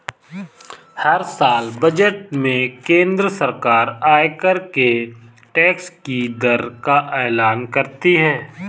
हर साल बजट में केंद्र सरकार आयकर के टैक्स की दर का एलान करती है